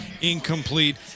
incomplete